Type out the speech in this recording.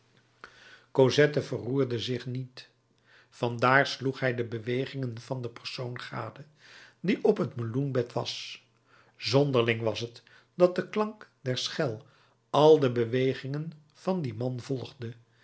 cosette verroerde zich niet van dààr sloeg hij de bewegingen van den persoon gade die op het meloenbed was zonderling was het dat de klank der schel al de bewegingen van dien man volgde